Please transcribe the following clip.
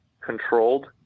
controlled